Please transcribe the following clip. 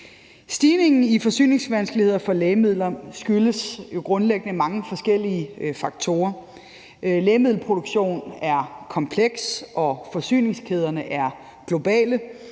Stigningen i forsyningsvanskeligheder for lægemidler skyldes jo grundlæggende mange forskellige faktorer. Lægemiddelproduktion er komplekst, og forsyningskæderne er globale.